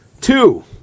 Two